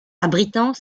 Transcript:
abritant